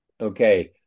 Okay